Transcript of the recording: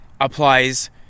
applies